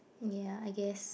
ya I guess